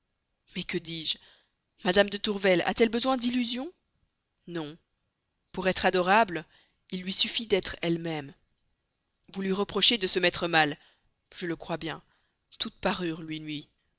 mais que dis-je madame de tourvel a-t-elle besoin d'illusion non pour être adorable il lui suffit d'être elle-même vous lui reprochez de se mettre mal je le crois bien toute parure